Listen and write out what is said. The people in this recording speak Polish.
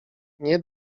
nie